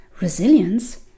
Resilience